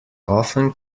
often